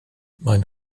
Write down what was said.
maen